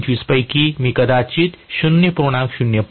25 पैकी मी कदाचित 0